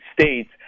states